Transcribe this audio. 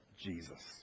Jesus